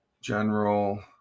general